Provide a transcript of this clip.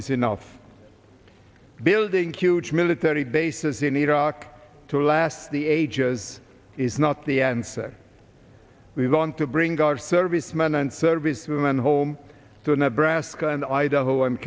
is enough building huge military bases in iraq to last the ages is not the answer we want to bring our servicemen and servicewomen home to nebraska and idaho